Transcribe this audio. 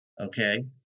Okay